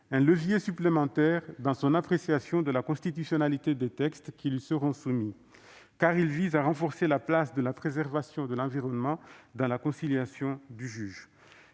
juridique supplémentaire, dans son appréciation de la constitutionnalité des textes qui lui seront soumis. Il vise, en effet, à renforcer la place de la préservation de l'environnement dans la conciliation du juge.